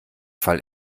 fall